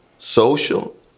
social